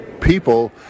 people